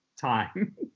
time